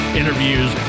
interviews